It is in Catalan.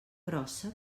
grossa